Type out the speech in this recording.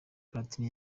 platini